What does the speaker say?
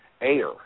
air